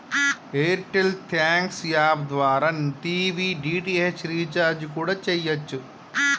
air tell thanks app ద్వారా TV DTH recharge కూడా చెయ్యచ్చు